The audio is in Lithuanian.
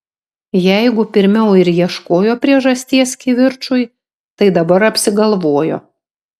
jeigu pirmiau ir ieškojo priežasties kivirčui tai dabar apsigalvojo